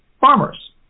farmers